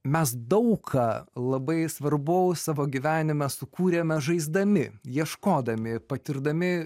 mes daug ką labai svarbaus savo gyvenime sukūrėme žaisdami ieškodami patirdami